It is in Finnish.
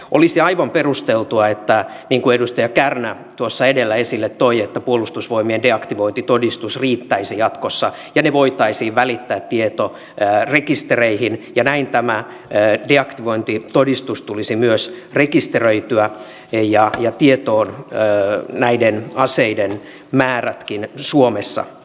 olisi aivan perusteltua niin kuin edustaja kärnä tuossa edellä esille toi että puolustusvoimien deaktivointitodistus riittäisi jatkossa ja ne voitaisiin välittää tietorekistereihin ja näin tämä deaktivointitodistus tulisi myös rekisteröityä ja tulisivat tietoon näiden aseiden määrätkin suomessa